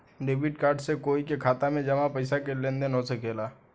debit card से कोई के खाता में जामा पइसा के लेन देन हो सकेला